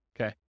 Okay